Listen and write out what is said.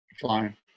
Flying